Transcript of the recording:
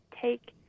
take